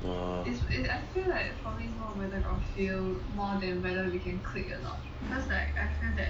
err